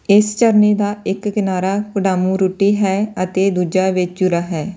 ਇਸ ਝਰਨੇ ਦਾ ਇੱਕ ਕਿਨਾਰਾ ਕੁਡਾਮੁਰੂਟੀ ਹੈ ਅਤੇ ਦੂਜਾ ਵੇਚੂਚਿਰਾ ਹੈ